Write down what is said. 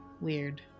weird